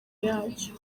yacyo